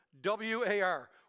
W-A-R